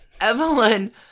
Evelyn